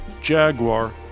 Jaguar